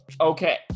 Okay